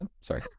Sorry